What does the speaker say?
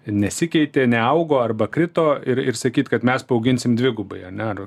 nesikeitė neaugo arba krito ir ir sakyt kad mes paauginsim dvigubai ar ne ar